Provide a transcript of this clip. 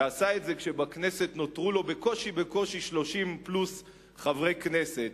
ועשה את זה כשבכנסת נותרו לו בקושי בקושי 30 פלוס חברי כנסת,